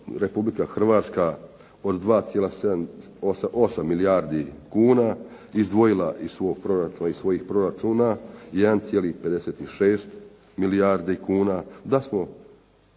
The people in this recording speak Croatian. Republika Hrvatska od 2,8 milijardi kuna izdvojila iz svojih proračuna 1,56 milijardi kuna,